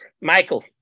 Michael